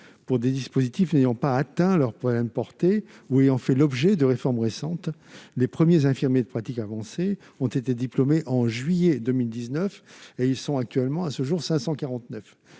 de dispositifs n'ayant pas atteint leur pleine portée ou ayant fait l'objet de réformes récentes. Les premiers infirmiers en pratique avancée ont été diplômés en juillet 2019 et ils sont actuellement au nombre de 549.